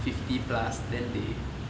fifty plus then they